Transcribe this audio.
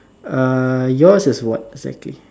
err yours is what exactly